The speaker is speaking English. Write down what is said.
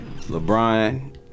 LeBron